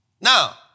Now